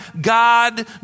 God